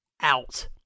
out